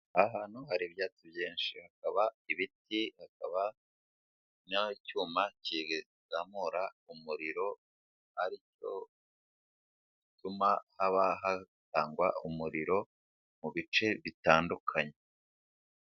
Aha hantu hari ibyatsi byinshi hakaba ibiti, hakaba n'icyuma kizamura umuriro aricyo gituma hatangwa umuriro mu bice bitandukanye.